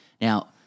Now